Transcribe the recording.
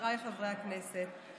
חבריי חברי הכנסת,